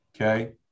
okay